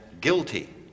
guilty